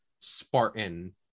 spartan